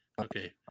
Okay